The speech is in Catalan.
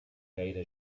gaire